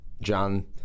John